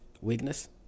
weakness